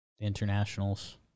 internationals